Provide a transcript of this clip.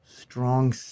strong